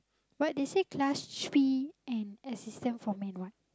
but they say class and assistant for man what